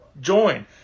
join